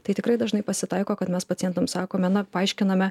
tai tikrai dažnai pasitaiko kad mes pacientams sakome na paaiškiname